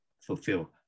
fulfill